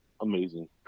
amazing